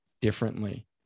differently